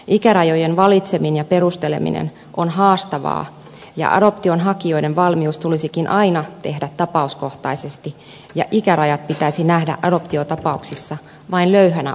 ikärajojen valitseminen ja perusteleminen on haastavaa ja adoptionhakijoiden valmius tulisikin aina tehdä tapauskohtaisesti ja ikärajat pitäisi nähdä adoptiotapauksissa vain löyhänä ohjenuorana